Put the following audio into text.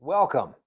Welcome